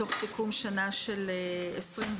מתוך סיכום שנה של 2021,